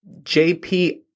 jp